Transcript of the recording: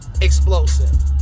explosive